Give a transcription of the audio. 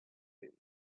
food